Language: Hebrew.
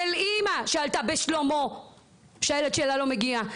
של אמא שעלה בשלמה שהילד שלה לא מגיע,